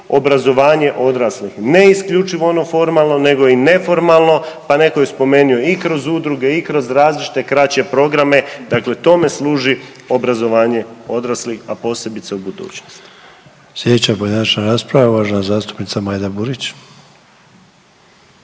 obrazovanje odraslih ne isključivo ono formalno, nego i neformalno pa netko je spomenuo i kroz udruge, i kroz različite kraće programe dakle tome služi obrazovanje odraslih a posebice u budućnosti. **Sanader, Ante (HDZ)** Sljedeća pojedinačna rasprava uvažena zastupnica Majda Burić.